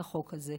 את החוק הזה,